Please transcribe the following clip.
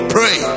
Pray